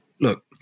look